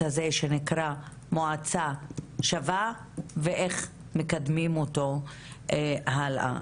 הזה שנקרא מועצה שווה ואיך מקדמים אותו הלאה.